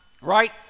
right